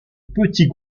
petits